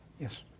Yes